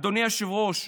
אדוני היושב-ראש,